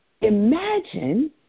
Imagine